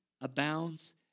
abounds